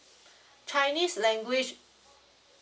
chinese language